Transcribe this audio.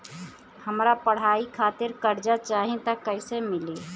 हमरा पढ़ाई खातिर कर्जा चाही त कैसे मिली?